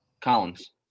Collins